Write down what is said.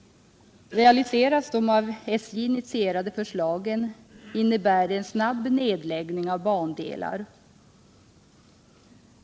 Realiseras de av SJ initierade förslagen, innebär de en snabb nedläggning av bandelar.